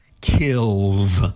kills